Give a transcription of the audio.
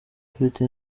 ufite